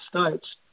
States